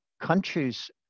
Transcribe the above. countries